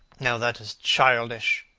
now, that is childish.